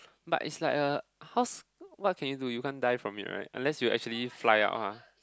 but is like uh horse what can you do it you can't die from it right unless you actually fly out lah